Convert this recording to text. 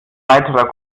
weiterer